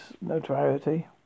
notoriety